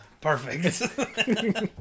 perfect